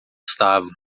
estava